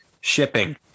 shipping